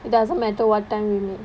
it doesn't matter what time we meet